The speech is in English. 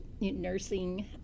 nursing